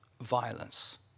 violence